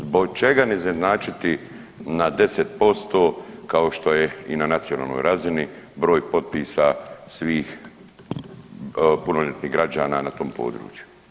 Zbog čega ne izjednačiti na 10% kao što je i na nacionalnoj razini broj potpisa svih punoljetnih građana na tom području?